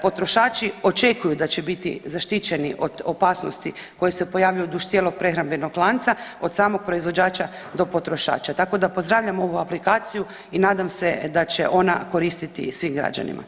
Potrošači očekuju da će biti zaštićeni od opasnosti koje se pojavljuju duž cijelog prehrambenog lanca od samog proizvođača do potrošača, tako da pozdravljam ovu aplikaciju i nadam se da će ona koristiti svim građanima.